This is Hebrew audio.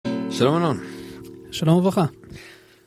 שלום שלום וברכה.